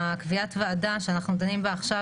שקביעת הוועדה שאנחנו דנים בה עכשיו